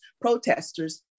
protesters